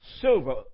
silver